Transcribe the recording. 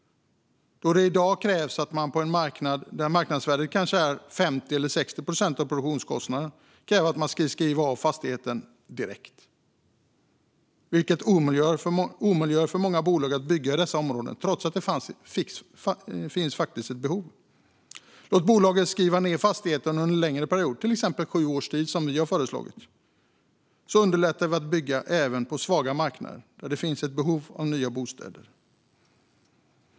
På en marknad där marknadsvärdet kanske är 50 eller 60 procent av produktionskostnaden krävs det i dag att man skriver ned fastighetens värde direkt, vilket omöjliggör för många bolag att bygga i dessa områden trots att det finns ett behov. Låter man bolaget skriva ned fastigheten under en längre period - till exempel sju år, som vi har föreslagit - underlättar man för att bygga även på svaga marknader där det finns ett behov av nya bostäder.